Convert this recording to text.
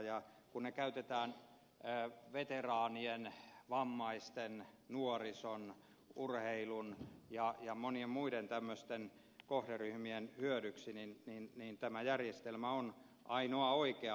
kun se käytetään veteraanien vammaisten nuorison urheilun ja monien muiden vastaavien kohderyhmien hyödyksi niin tämä järjestelmä on ainoa oikea